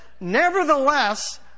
nevertheless